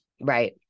Right